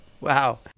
Wow